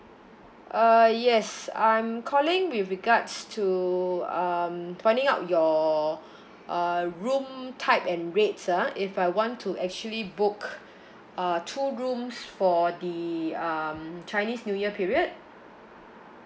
uh yes I'm calling with regards to um finding out your uh room type and rates ah if I want to actually book uh two rooms for the um chinese new year period